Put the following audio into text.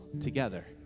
together